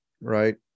right